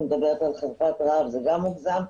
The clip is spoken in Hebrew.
היא מדברת על תקופת רעב וגם זה מוגזם.